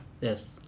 Yes